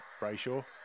Brayshaw